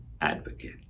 advocate